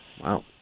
Wow